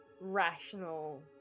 rational